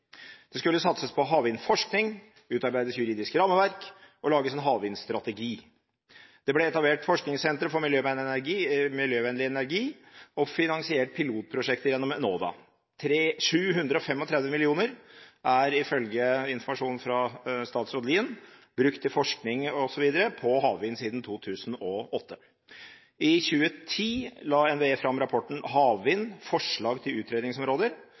Det skulle satses på havvindforskning, utarbeides juridisk rammeverk og lages en havvindstrategi. Det ble etablert forskningssentre for miljøvennlig energi og finansiert pilotprosjekter gjennom Enova. 735 mill. kr er ifølge informasjon fra statsråd Lien brukt til forskning osv. på havvind siden 2008. I 2010 la NVE fram rapporten Havvind – forslag til utredningsområder.